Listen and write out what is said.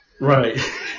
Right